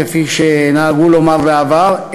כפי שנהגו לומר בעבר,